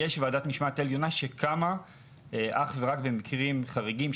יש ועדת משמעת עליונה שקמה אך ורק במקרים חריגים,